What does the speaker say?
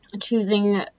choosing